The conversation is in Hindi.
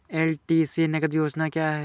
एल.टी.सी नगद योजना क्या है?